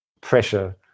pressure